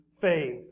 faith